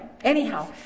Anyhow